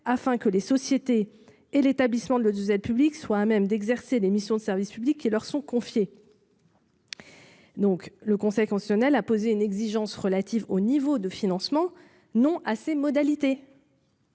afin que les sociétés et l'établissement de disette public soient à même d'exercer les missions de service public qui leur sont confiées. Donc le Conseil constitutionnel a posé une exigence relative au niveau de financement non à ces modalités.